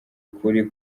ukuri